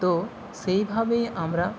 তো সেইভাবেই আমরা